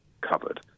covered